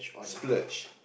splurge